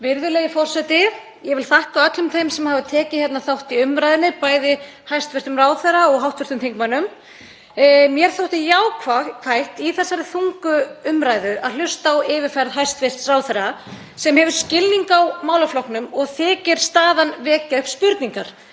Virðulegi forseti. Ég vil þakka öllum þeim sem tekið hafa þátt í umræðunni, bæði hæstv. ráðherra og hv. þingmönnum. Mér þótti jákvætt í þessari þungu umræðu að hlusta á yfirferð hæstv. ráðherra sem hefur skilning á málaflokknum og þykir staðan vekja upp spurningar.